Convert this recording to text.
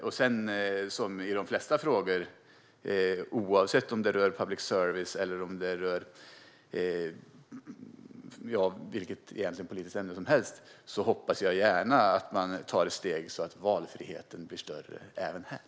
Jag hoppas, liksom i de flesta frågor, oavsett om det rör public service eller vilket politiskt ämne som helst, att man tar steg mot större valfrihet.